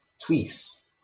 twice